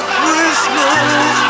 Christmas